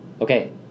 Okay